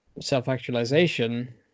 self-actualization